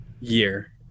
year